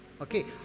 okay